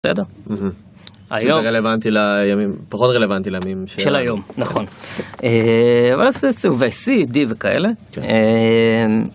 בסדר, הההממ, היום... זה רלוונטי לימים פחות רלוונטי לימים של היום, נכון. האאא ואז הוציאו ויי סי וכאלו